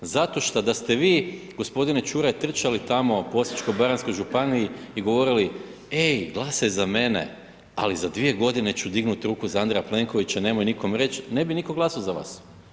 Zato šta, da ste vi, gospodine Čuraj, trčali tamo po Osječko-baranjskoj županiji i govorili: „Ej, glasaj za mene, ali za dvije godine ću dignuti ruku za Andreja Plenkovića, nemoj nikom reć.“, ne bi nitko glasao za vas.